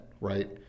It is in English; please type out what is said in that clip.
right